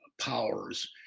powers